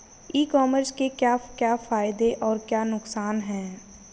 E commerce के क्या क्या फायदे और क्या क्या नुकसान है?